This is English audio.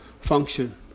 function